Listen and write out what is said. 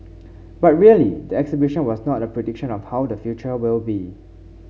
but really the exhibition was not a prediction of how the future will be